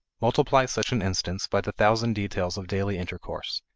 multiply such an instance by the thousand details of daily intercourse,